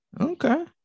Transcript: okay